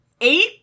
eight